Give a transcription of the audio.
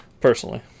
Personally